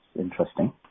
interesting